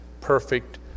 perfect